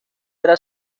era